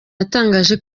yatangaje